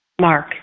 Mark